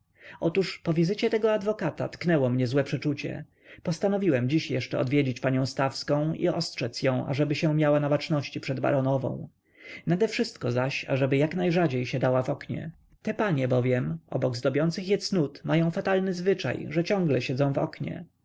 otóż po wizycie tego adwokata tknęło mnie złe przeczucie postanowiłem dziś jeszcze odwiedzić panią stawską i ostrzedz ją ażeby się miała na baczności przed baronową nade wszystko zaś ażeby jak najrzadziej siadała w oknie te panie bowiem obok zdobiących je cnót mają fatalny zwyczaj że ciągle siedzą w oknie